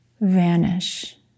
vanish